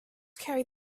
carried